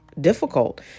difficult